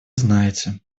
знаете